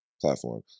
platform